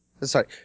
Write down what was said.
Sorry